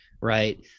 right